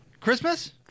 Christmas